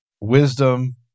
wisdom